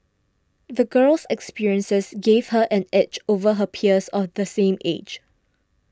the girl's experiences gave her an edge over her peers of the same age